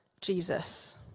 Jesus